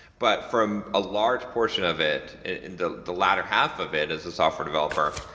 but from a large portion of it, in the the latter half of it as a software developer,